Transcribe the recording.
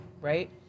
right